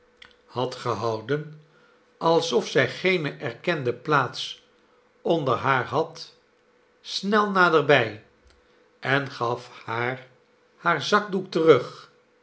had gehouden alsof zij geene erkende plaats onder haar had snel naderbij en gaf haar haar zakdoek terug